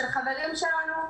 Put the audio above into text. של חברים שלנו,